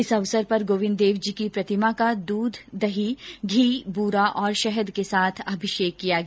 इस अवसर पर गोविन्द देव जी की प्रतिमा का दूध दही घी बूरा और शहद के साथ अभिषेक किया गया